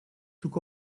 took